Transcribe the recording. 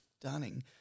stunning